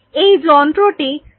এই যন্ত্রটি স্বয়ংসম্পূর্ণ